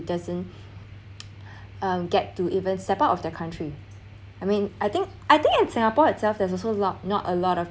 doesn't um get to even step out of their country I mean I think I think in singapore itself there's also a lot not a lot of